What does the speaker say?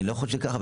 אני לא חושב שככה,